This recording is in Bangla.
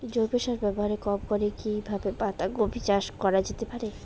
জৈব সার ব্যবহার কম করে কি কিভাবে পাতা কপি চাষ করা যেতে পারে?